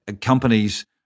companies